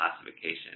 classification